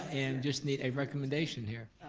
and just need a recommendation here.